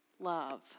love